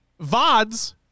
VODs